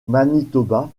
manitoba